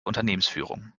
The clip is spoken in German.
unternehmensführung